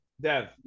Dev